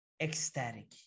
ecstatic